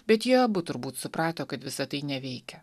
bet jie abu turbūt suprato kad visa tai neveikia